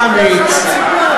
אמיץ, לך על החברה, לך על הציבור.